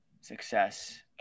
Success